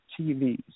TVs